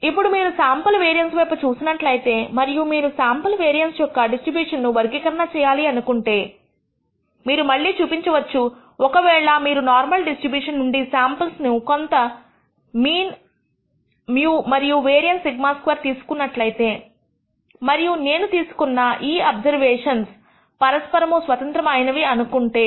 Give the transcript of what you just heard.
ఇప్పుడు మీరు sample variance వైపు చూసినట్లయితే మరియు మీరు శాంపుల్ వేరియన్స్ యొక్క డిస్ట్రిబ్యూషన్ ను వర్గీకరణ చేయాలి అనుకుంటే మీరు మళ్ళీ చూపించవచ్చు ఒకవేళ మీరు నార్మల్ డిస్ట్రిబ్యూషన్ నుండి శాంపుల్స్ ను కొంత మీన్ μ మరియు వేరియన్స్ σ2 తీసుకున్నట్లయితే మరియు నేను తీసుకున్న ఈ అబ్జర్వేషన్స్ పరస్పరము స్వతంత్రము అయినవి అనుకుంటే